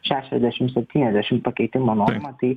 šešiasdešim septyniasdešim pakeitimo normą tai